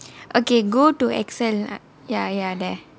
okay go to Excel at ya ya there